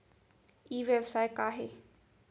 ई व्यवसाय का हे?